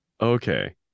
okay